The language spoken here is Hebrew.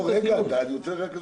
אני אתן לך להשלים,